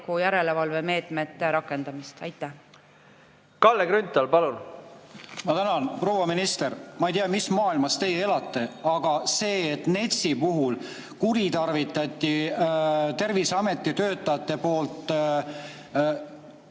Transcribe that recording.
järelevalvemeetmete rakendamist. Kalle Grünthal, palun! Ma tänan! Proua minister! Ma ei tea, mis maailmas teie elate, aga see, et NETS-i puhul kuritarvitasid Terviseameti töötajad